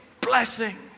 blessing